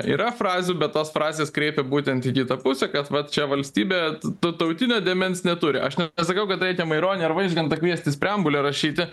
yra frazių bet tos frazės kreipia būtent į kitą pusę kad vat čia valstybė t tautinio dėmens neturi aš nesakau kad reikia maironį ar vaižgantą kviestis preambulę rašyti